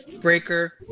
Breaker